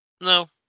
No